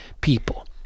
people